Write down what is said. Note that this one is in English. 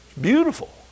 beautiful